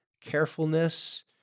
carefulness